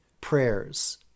prayers